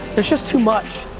there's just too much.